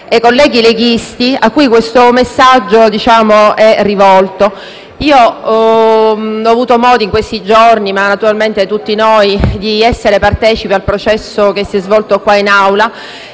colleghi della Lega, ai quali il messaggio è rivolto. Io ho avuto modo in questi giorni, come tutti noi, di essere partecipe al processo che si è svolto qui in Aula,